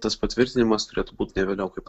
tas patvirtinimas turėtų būt ne vėliau kaip